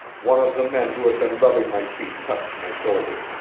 one of the men who had been rubbing my feet touched my shoulder.